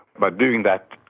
but doing that,